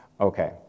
Okay